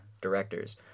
directors